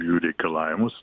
jų reikalavimus